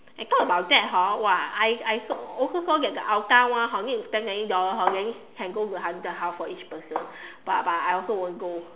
and talk about that hor !wah! I I also get the Hougang one hor need to spend ninety dollars hor then can go to haunted house for each person but but I also won't go